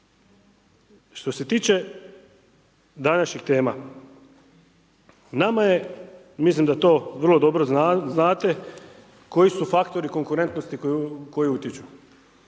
Što se tiče današnjih tema, mislim da to vrlo dobro znate koji su faktori konkurentnosti koji utječu,